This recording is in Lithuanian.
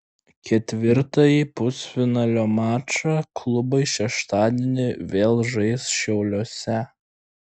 ketvirtąjį pusfinalio mačą klubai šeštadienį vėl žais šiauliuose